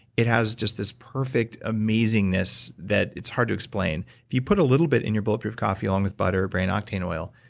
it has just this perfect amazingness that it's hard to explain. if you put a little bit in your bulletproof coffee along with butter, brain octane oil,